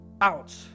out